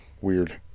weird